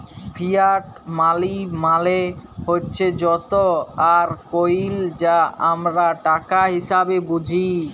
fiat মালি মালে হছে যত আর কইল যা আমরা টাকা হিসাঁবে বুঝি